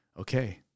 okay